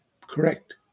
correct